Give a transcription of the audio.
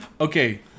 Okay